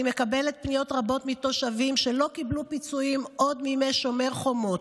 אני מקבלת פניות רבות מתושבים שלא קיבלו פיצויים עוד מימי שומר חומות.